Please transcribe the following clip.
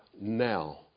now